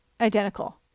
identical